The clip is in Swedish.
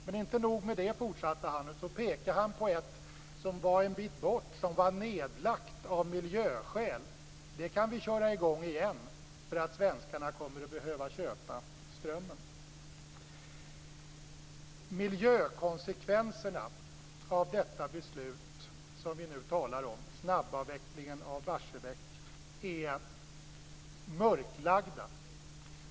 Men inte nog med det, utan han pekade också på ett kolkraftverk en bit bort som var nedlagt av miljöskäl och sade att man kunde köra i gång det igen därför att svenskarna kommer att behöva köpa ström. Miljökonsekvenserna av detta beslut som vi nu talar om, dvs. snabbavvecklingen av Barsebäck, är mörklagda.